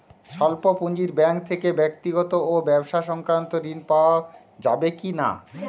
স্বল্প পুঁজির ব্যাঙ্ক থেকে ব্যক্তিগত ও ব্যবসা সংক্রান্ত ঋণ পাওয়া যাবে কিনা?